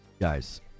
Guys